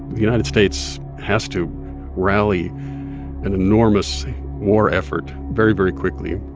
the united states has to rally an enormous war effort very, very quickly,